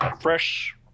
Fresh